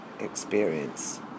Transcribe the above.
experience